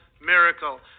miracle